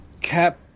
Cap